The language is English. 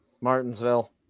Martinsville